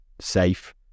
safe